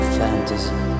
fantasy